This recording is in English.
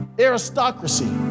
Aristocracy